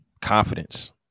confidence